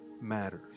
matters